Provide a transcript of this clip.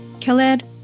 Khaled